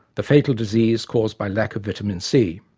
the fatal disease caused by lack of vitamin c.